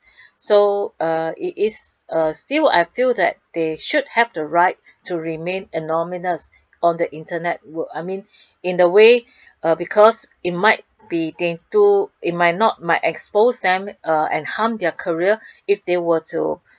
so uh it is uh still I feel that they should have the right to remain anonymous on the internet world I mean in the way because it might be dan~ too it might not to expose them uh and harm their career if they were to